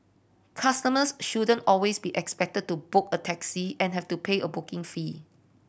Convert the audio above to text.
customers shouldn't always be expected to book a taxi and have to pay a booking fee